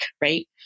right